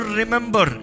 remember